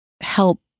help